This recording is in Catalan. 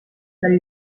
del